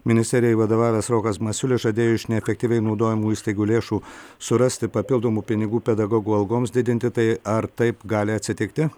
ministerijai vadovavęs rokas masiulis žadėjo iš neefektyviai naudojamų įstaigų lėšų surasti papildomų pinigų pedagogų algoms didinti tai ar taip gali atsitikti